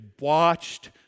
watched